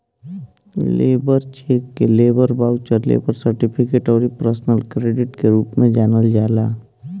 labour cheque के labour voucher, labour certificate अउरी personal credit के रूप में जानल जाला